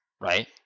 right